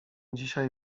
dzisiaj